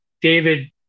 David